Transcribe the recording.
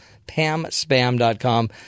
pamspam.com